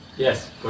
Yes